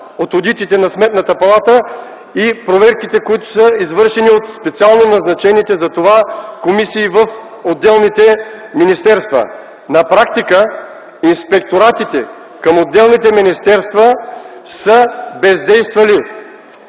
от одитите на Сметната палата, и от проверките, които са извършени от специално назначените за това комисии в отделните министерства. На практика инспекторатите към отделните министерства са бездействали.